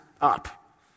up